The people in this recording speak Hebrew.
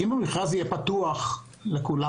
אם המכרז יהיה פתוח לכולם,